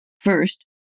First